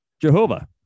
Jehovah